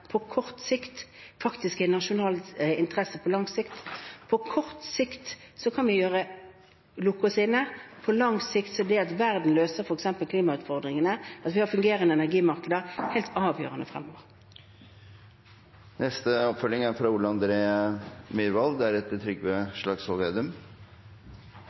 på kort sikt, er nasjonale interesser på lang sikt. På kort sikt kan vi lukke oss inne. På lang sikt er f.eks. det at verden løser klimautfordringene, og at vi har fungerende energimarkeder, helt avgjørende fremover. Det blir oppfølgingsspørsmål – først Ole André Myhrvold.